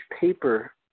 paper